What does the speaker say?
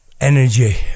energy